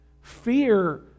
Fear